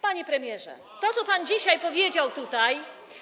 Panie premierze, to, co pan dzisiaj powiedział tutaj.